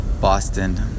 Boston